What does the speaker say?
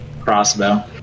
crossbow